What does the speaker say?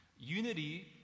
Unity